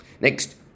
Next